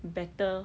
better